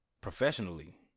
professionally